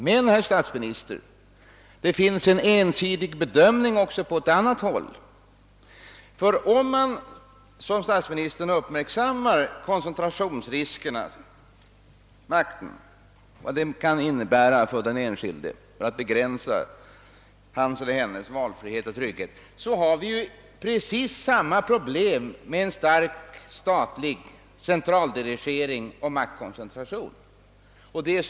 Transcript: Men, herr statsminister, det finns en ensidig bedömning också på ett annat håll. Om man som statsministern uppmärsammar vad maktkoncentrationen kan innebära för den enskildes valfrihet och trygghet så vill jag framhålla att vi har precis samma problem vid en stark statlig centraldirigering och maktkoncentration.